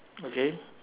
okay